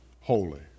holy